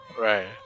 Right